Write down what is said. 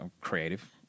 creative